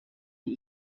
die